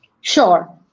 Sure